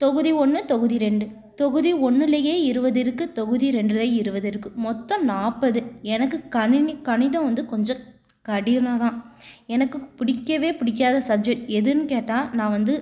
தொகுதி ஒன்று தொகுதி ரெண்டு தொகுதி ஒன்றுலயே இருபது இருக்குது தொகுதி ரெண்டில் இருபது இருக்குது மொத்தம் நாற்பது எனக்கு கணினி கணிதம் வந்து கொஞ்சம் கடினம் தான் எனக்கு பிடிக்கவே பிடிக்காத சப்ஜெக்ட் எதுன்னு கேட்டால் நான் வந்து